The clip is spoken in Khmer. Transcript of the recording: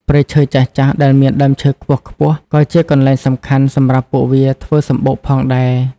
ព្រៃឈើចាស់ៗដែលមានដើមឈើខ្ពស់ៗក៏ជាកន្លែងសំខាន់សម្រាប់ពួកវាធ្វើសម្បុកផងដែរ។